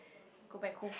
go back home